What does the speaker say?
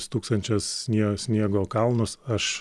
stūksančias snie sniego kalnus aš